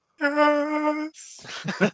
yes